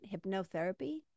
hypnotherapy